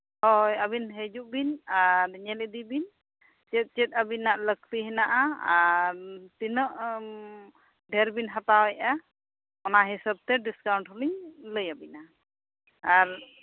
ᱦᱳᱭ ᱟᱹᱵᱤᱱ ᱦᱤᱡᱩᱜ ᱵᱤᱱ ᱟᱨ ᱧᱮᱞ ᱤᱫᱤ ᱵᱤᱱ ᱪᱮᱫ ᱪᱮᱫ ᱟᱹᱵᱤᱱᱟᱜ ᱞᱟᱹᱠᱛᱤ ᱦᱮᱱᱟᱜᱼᱟ ᱟᱨ ᱛᱤᱱᱟᱹᱜ ᱰᱷᱮᱨ ᱵᱤᱱ ᱦᱟᱛᱟᱣᱮᱫᱼᱟ ᱚᱱᱟ ᱦᱤᱥᱟᱹᱵᱽ ᱛᱮ ᱰᱤᱥᱠᱟᱣᱩᱱᱴ ᱦᱚᱞᱤᱧ ᱞᱟᱹᱭᱟᱵᱤᱱᱟ ᱟᱨ